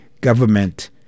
government